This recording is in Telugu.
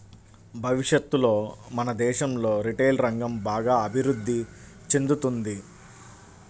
భవిష్యత్తులో మన దేశంలో రిటైల్ రంగం బాగా అభిరుద్ధి చెందుతుంది